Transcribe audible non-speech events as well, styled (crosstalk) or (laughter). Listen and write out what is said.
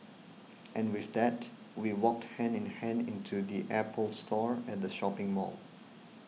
and with that we walked hand in hand into the Apple Store (noise) at the shopping mall